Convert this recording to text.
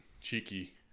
cheeky